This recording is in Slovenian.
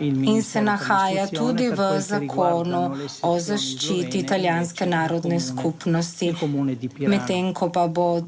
in se nahaja tudi v Zakonu o zaščiti italijanske narodne skupnosti, medtem ko pa bo delež,